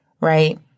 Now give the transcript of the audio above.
right